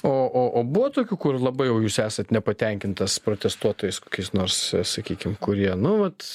o o o buvo tokių kur labai jau jūs esat nepatenkintas protestuotojai s kokiais nors sakykim kurie nu vat